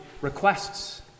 requests